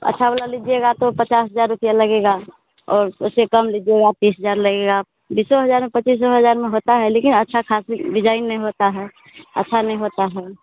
अच्छा वाला लीजिएगा तो पचास हज़ार रुपया लगेगा और उससे कम लीजिएगा तीस हज़ार लगेगा बीसो हज़ार में पचीसो हज़ार में होता है लेकिन अच्छा खासा डिज़ाइन नहीं होता है अच्छा नहीं होता है